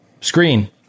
screen